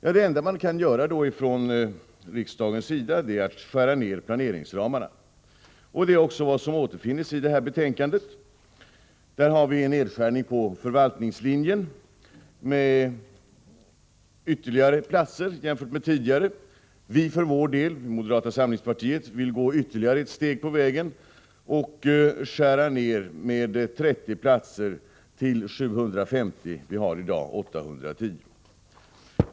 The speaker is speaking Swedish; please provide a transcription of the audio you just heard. Ja, det enda vi kan göra från riksdagens sida är att skära ner planeringsramarna. Det är också vad som återfinns i detta betänkande. Där föreslås en nedskärning på förvaltningslinjen med ytterligare ett antal platser jämfört med tidigare. Vii moderata samlingspartiet vill för vår del gå ytterligare ett steg på vägen och skära ner med 30 platser till 750 — vi har i dag 810.